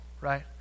right